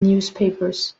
newspapers